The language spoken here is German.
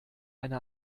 eine